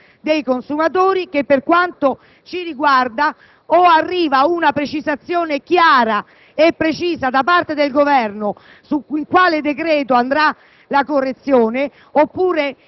e del senatore della Lista dei consumatori - che, per quanto ci riguarda, o arriva una precisazione chiara e netta da parte Governo su quale decreto opererà